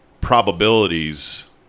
probabilities